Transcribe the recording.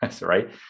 Right